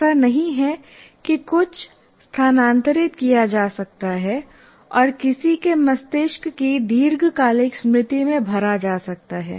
ऐसा नहीं है कि कुछ स्थानांतरित किया जा सकता है और किसी के मस्तिष्क की दीर्घकालिक स्मृति में भरा जा सकता है